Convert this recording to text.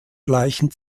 gleichen